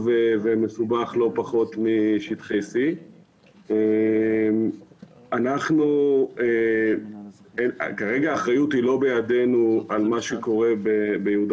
ומסובך לא פחות משטחי C. כרגע האחרון על מה שקורה ביהודה